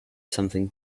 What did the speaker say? something